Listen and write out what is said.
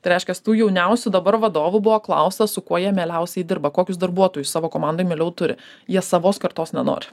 tai reiškias tų jauniausių dabar vadovų buvo klausta su kuo jie mieliausiai dirba kokius darbuotojus savo komandoj mieliau turi jie savos kartos nenori